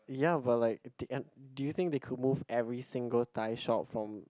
ya but like in the end do you think they could move every single Thai shop from